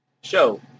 show